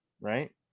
right